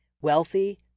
wealthy